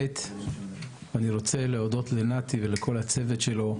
שנית, אני רוצה להודות לנתי ולכל הצוות שלו.